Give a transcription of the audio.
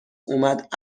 اومد